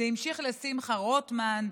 זה המשיך לשמחה רוטמן,